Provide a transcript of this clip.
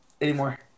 anymore